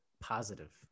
positive